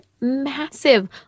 massive